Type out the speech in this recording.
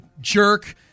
jerk